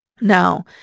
Now